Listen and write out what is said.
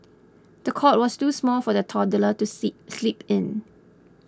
the cot was too small for the toddler to see sleep in